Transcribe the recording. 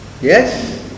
Yes